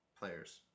players